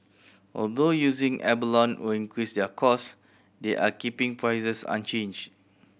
although using abalone will increase their cost they are keeping prices unchanged